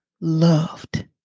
loved